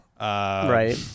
Right